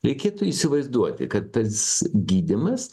reikėtų įsivaizduoti kad tas gydymas